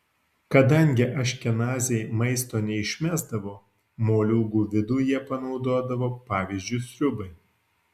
kadangi aškenaziai maisto neišmesdavo moliūgų vidų jie panaudodavo pavyzdžiui sriubai